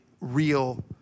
real